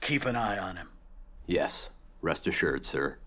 keep an eye on him yes rest assured s